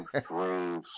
three